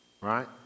right